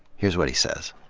here's what he says.